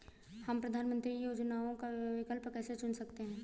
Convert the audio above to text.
हम प्रधानमंत्री योजनाओं का विकल्प कैसे चुन सकते हैं?